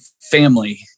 family